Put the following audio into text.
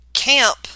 camp